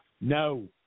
No